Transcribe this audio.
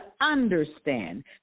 understand